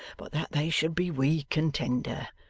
but that they should be weak and tender.